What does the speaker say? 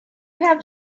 have